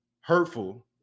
hurtful